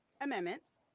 amendments